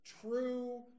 true